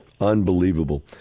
Unbelievable